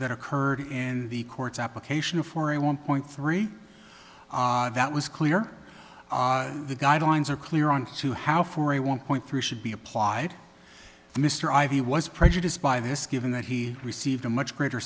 that occurred in the court's application for a one point three that was clear the guidelines are clear on to how for a one point three should be applied mr ivy was prejudiced by this given that he received a much greater